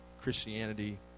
Christianity